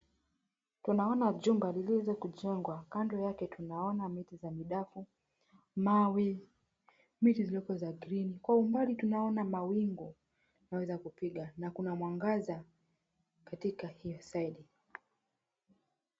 Tunaona jumba lililoweza 𝑘𝑢𝑗𝑒𝑛𝑔𝑤𝑎, kando yake tunaona miti 𝑧𝑎 midafu, 𝑚𝑎𝑤𝑒, miti zilizoko za [𝑐𝑠]𝑔𝑟𝑒𝑒𝑛[𝑐𝑠] 𝑘𝑤𝑎 umbali tunaona mawingu yanaweza kupi𝑔a na kuna mwangaza katika hiyo [𝑐𝑠]𝑠𝑎𝑖𝑑𝑖 [𝑐𝑠].